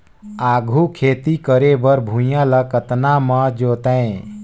आघु खेती करे बर भुइयां ल कतना म जोतेयं?